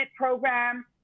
program